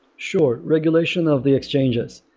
sure. regulation of the exchanges.